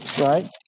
right